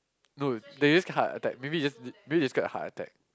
no they just heart attack maybe you just maybe you just get heart attack